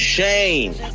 Shane